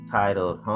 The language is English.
titled